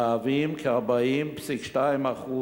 המהוות כ-40.2%.